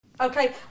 okay